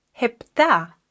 hepta